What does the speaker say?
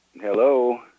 Hello